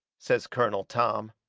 says colonel tom.